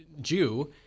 Jew